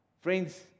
Friends